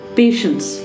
patience